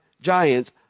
giants